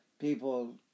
people